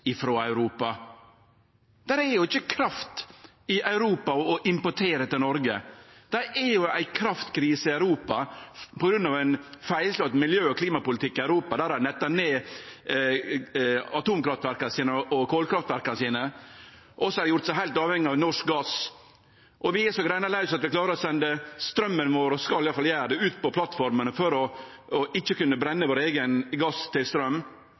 Europa? Det er jo ikkje kraft i Europa å importere til Noreg. Det er jo ei kraftkrise i Europa på grunn av ein feilslått miljø- og klimapolitikk i Europa, der ein nett tek ned atomkraftverka og kolkraftverka sine og har gjort seg heilt avhengig av norsk gass. Og vi er så greinlause at vi klarer å sende straumen vår – vi skal i alle fall gjere det – ut på plattformene for ikkje å kunne brenne vår eigen gass til